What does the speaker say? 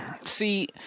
See